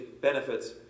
benefits